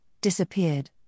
disappeared